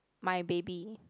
my baby